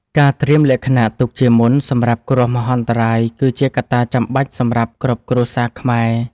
ការត្រៀមលក្ខណៈទុកជាមុនសម្រាប់គ្រោះមហន្តរាយគឺជាកត្តាចាំបាច់សម្រាប់គ្រប់គ្រួសារខ្មែរ។